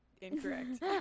Incorrect